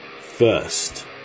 First